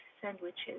sandwiches